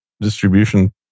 distribution